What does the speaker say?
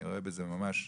אני רואה בזה ממש,